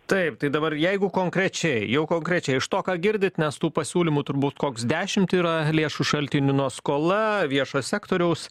taip tai dabar jeigu konkrečiai jau konkrečiai iš to ką girdit nes tų pasiūlymų turbūt koks dešimt yra lėšų šaltinių nuo skola viešo sektoriaus